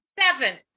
seven